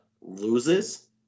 loses